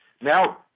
now